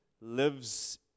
lives